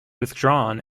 withdrawn